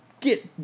get